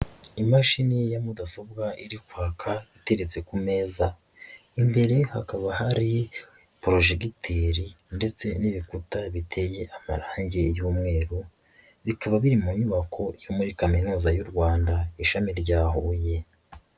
Imashini ya mudasobwa iri kwaka, iteretse ku meza. Imbere hakaba hari purojekiteri ndetse n'ibikuta biteye amarange y'umweru, bikaba biri mu nyubako muri Kaminuza y'u Rwanda ishami rya Huye.